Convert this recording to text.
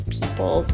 people